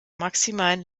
maximalen